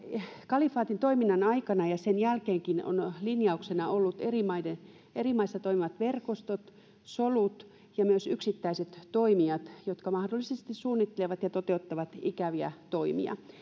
kalifaatin toiminnan aikana ja sen jälkeenkin ovat linjauksena olleet eri maissa toimivat verkostot solut ja myös yksittäiset toimijat jotka mahdollisesti suunnittelevat ja toteuttavat ikäviä toimia